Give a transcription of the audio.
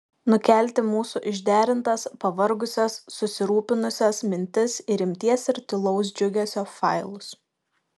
nukelti mūsų išderintas pavargusias susirūpinusias mintis į rimties ir tylaus džiugesio failus